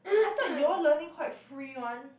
I thought you all learning quite free one